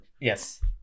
Yes